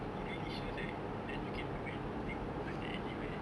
it really shows like that you can do anything but like anywhere